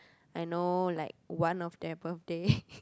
I know like one of their birthday